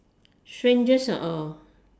strangest or